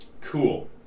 Cool